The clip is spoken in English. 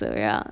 sorry ah